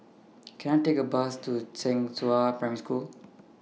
Can I Take A Bus to Zhenghua Primary School